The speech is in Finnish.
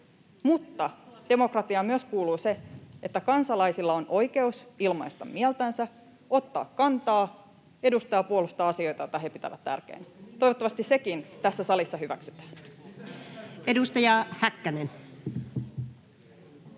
Mutta demokratiaan kuuluu myös se, että kansalaisilla on oikeus ilmaista mieltänsä, ottaa kantaa, edustaa ja puolustaa asioita, joita he pitävät tärkeinä. [Välihuuto oikealta] Toivottavasti sekin tässä salissa hyväksytään. [Speech